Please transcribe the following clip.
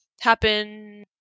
Happen